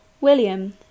William